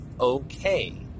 okay